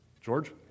George